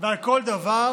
ועל כל דבר.